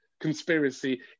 conspiracy